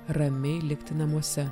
ramiai likti namuose